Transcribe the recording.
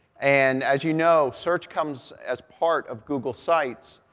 and as you know, search comes as part of google sites,